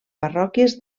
parròquies